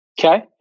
okay